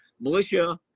Militia